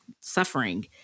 suffering